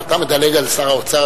ואתה מדלג על שר האוצר,